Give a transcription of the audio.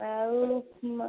ଆଉ